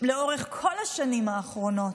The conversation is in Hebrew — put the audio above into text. לאורך כל השנים האחרונות.